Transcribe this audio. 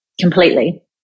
completely